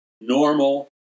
normal